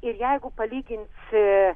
ir jeigu palyginsi